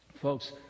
Folks